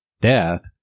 death